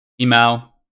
email